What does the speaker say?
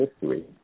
history